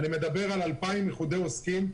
אני מדבר על 2,000 איחודי עוסקים,